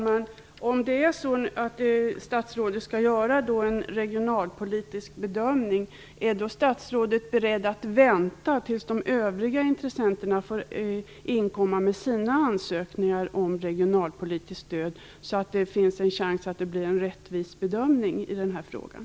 Fru talman! Om statsrådet skall göra en regionalpolitisk bedömning, är statsrådet beredd att vänta tills de övriga intressenterna får inkomma med sina ansökningar om regionalpolitiskt stöd, så att det finns en chans att det blir en rättvis bedömning i den här frågan?